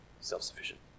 self-sufficient